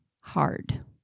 hard